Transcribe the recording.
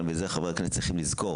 ואותה חברי הכנסת צריכים לזכור